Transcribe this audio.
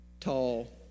tall